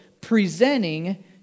presenting